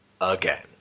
Again